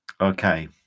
okay